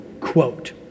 Quote